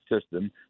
system